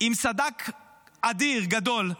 עם סד"כ אדיר, גדול.